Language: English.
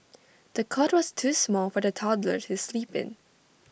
the cot was too small for the toddler to sleep in